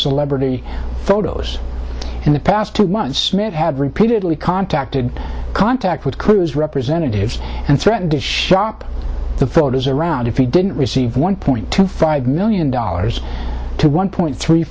celebrity photos in the past two months mitt had repeatedly contacted contact with cruise representatives and threatened to shop the photos around it didn't receive one point two five million dollars to one point three